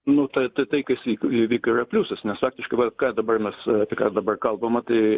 nu ta tai tai kas vyko įvykio yra pliusas nes faktiškai va ką dabar mes apie ką dabar kalbama tai